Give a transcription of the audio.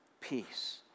peace